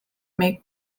make